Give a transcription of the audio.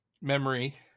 memory